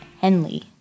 Henley